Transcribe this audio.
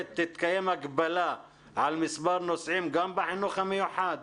הגבלה על מספר הנוסעים גם בחינוך המיוחד?